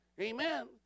Amen